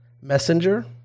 Messenger